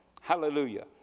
Hallelujah